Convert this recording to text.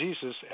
Jesus